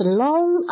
long